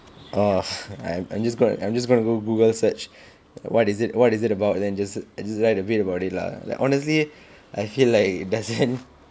orh I'm I'm just gonna go Google search what is it what is it about then just write a bit about it lah like honestly I feel like it doesn't